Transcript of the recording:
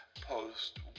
post